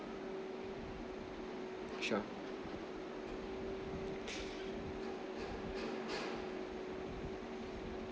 sure